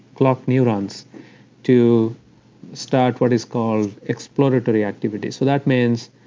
clock neurons to start what is called exploratory activity so that means,